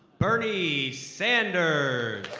bernie sanders.